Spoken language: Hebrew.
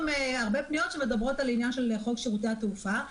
הרבה פניות שמדברות על העניין של חוק שירותי התעופה,